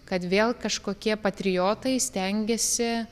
kad vėl kažkokie patriotai stengiasi